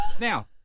Now